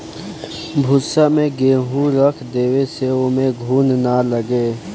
भूसा में गेंहू रख देवे से ओमे घुन ना लागे